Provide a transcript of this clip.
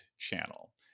channel